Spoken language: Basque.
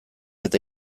eta